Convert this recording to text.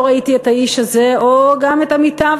לא ראיתי את האיש הזה או את עמיתיו,